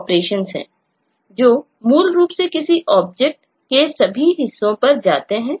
operations करता है